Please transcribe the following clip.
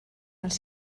els